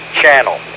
channel